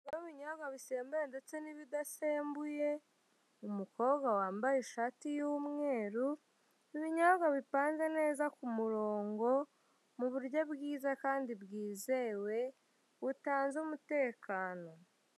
Ibinyobwa bisembuye ndetse n'ibidasembuye, umukobwa wambaye ishati y'umweru, ibinyobwa bipanze neza ku muronko, mu bryo bwiza kandi bwzewe butanze umutekano.